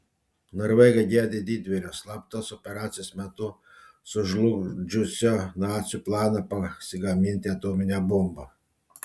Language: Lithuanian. norvegai gedi didvyrio slaptos operacijos metu sužlugdžiusio nacių planą pasigaminti atominę bombą